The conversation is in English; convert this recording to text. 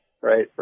right